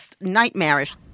nightmarish